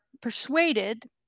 persuaded